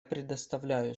предоставляю